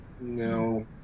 No